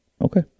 Okay